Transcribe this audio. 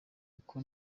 uko